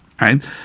right